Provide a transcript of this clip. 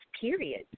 period